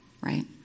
right